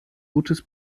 gutes